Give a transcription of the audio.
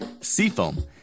Seafoam